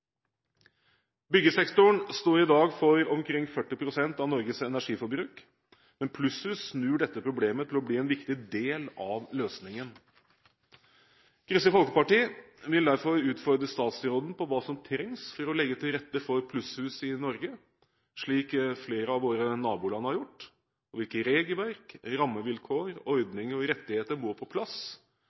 Byggesektoren står i dag for omkring 40 pst. av Norges energiforbruk, men plusshus snur dette problemet til å bli en viktig del av løsningen. Kristelig Folkeparti vil derfor utfordre statsråden på hva som trengs for å legge til rette for plusshus i Norge, slik flere av våre naboland har gjort, og på hvilke regelverk, rammevilkår, ordninger og rettigheter som må på plass